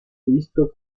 visto